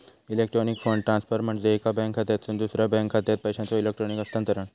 electronic fund transfer म्हणजे एका bank खात्यातसून दुसरा बँक खात्यात पैशांचो इलेक्ट्रॉनिक हस्तांतरण